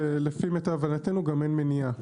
ולפי מיטב הבנתנו גם אין מניעה,